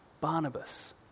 Barnabas